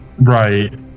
right